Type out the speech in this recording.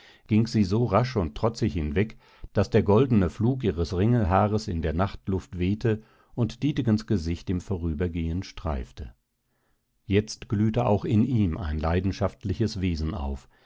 ging sie so rasch und trotzig hinweg daß der goldene flug ihres ringelhaares in der nachtluft wehte und dietegens gesicht im vorübergehen streifte jetzt glühte auch in ihm ein leidenschaftliches wesen auf